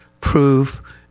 Proof